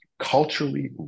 culturally